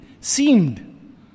Seemed